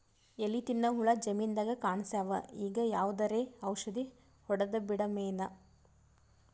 ಎಲಿ ತಿನ್ನ ಹುಳ ಜಮೀನದಾಗ ಕಾಣಸ್ಯಾವ, ಈಗ ಯಾವದರೆ ಔಷಧಿ ಹೋಡದಬಿಡಮೇನ?